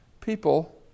people